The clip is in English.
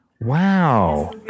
Wow